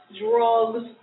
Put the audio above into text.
drugs